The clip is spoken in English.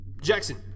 Jackson